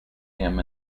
him